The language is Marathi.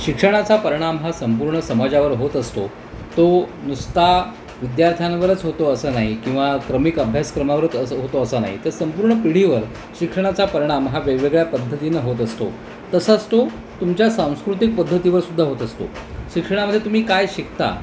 शिक्षणाचा परिणाम हा संपूर्ण समाजावर होत असतो तो नुसता विद्यार्थ्यांवरच होतो असं नाही किंवा क्रमिक अभ्यासक्रमावरच असं होतो असा नाही तर संपूर्ण पिढीवर शिक्षणाचा परिणाम हा वेगवेगळ्या पद्धतीनं होत असतो तसाच तो तुमच्या सांस्कृतिक पद्धतीवरसुद्धा होत असतो शिक्षणामध्ये तुम्ही काय शिकता